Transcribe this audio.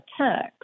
text